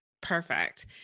Perfect